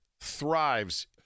thrives